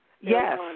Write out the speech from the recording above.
Yes